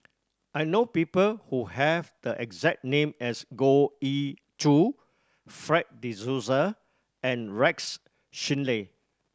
I know people who have the exact name as Goh Ee Choo Fred De Souza and Rex Shelley